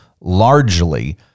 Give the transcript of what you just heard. largely